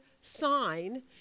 sign